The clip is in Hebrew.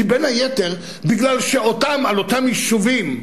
כי בין היתר מפני שעל אותם יישובים,